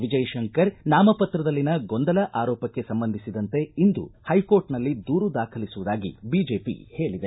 ವಿಜಯಶಂಕರ್ ನಾಮಪತ್ರದಲ್ಲಿನ ಗೊಂದಲ ಆರೋಪಕ್ಕೆ ಸಂಬಂಧಿಸಿದಂತೆ ಇಂದು ಹೈಕೋರ್ಟ್ನಲ್ಲಿ ದೂರು ದಾಖಲಿಸುವುದಾಗಿ ಬಿಜೆಪಿ ಹೇಳಿದೆ